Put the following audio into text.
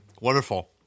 Wonderful